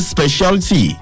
Specialty